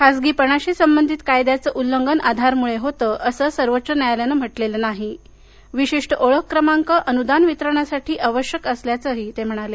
खासगीपणाशी संबंधित कायद्यांचं उल्लंघन आधारमुळे होतं असं सर्वोच्च न्यायालयानं म्हटलेलं नाही विशिष्ट ओळख क्रमांक अनुदान वितरणासाठी आवश्यक असल्याचं ते म्हणाले